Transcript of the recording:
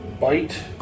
bite